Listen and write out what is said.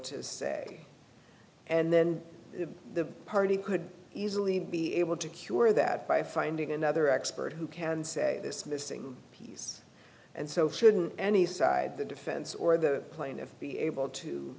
to say and then the party could easily be able to cure that by finding another expert who can say this missing piece and so shouldn't any side the defense or the plaintiffs be able to